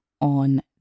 on